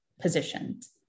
positions